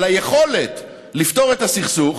על היכולת לפתור את הסכסוך,